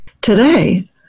Today